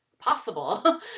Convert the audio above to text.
possible